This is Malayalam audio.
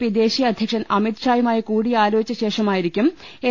പി ദേശീയ അധ്യ ക്ഷൻ അമിത്ഷായുമായി കൂടിയാലോചിച്ച ശേഷമായിരിക്കും എൻ